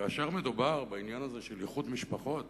כאשר מדובר בעניין הזה של איחוד משפחות,